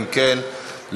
אם כן,